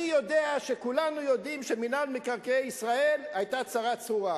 אני יודע שכולנו יודעים שמינהל מקרקעי ישראל היה צרה צרורה,